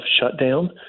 shutdown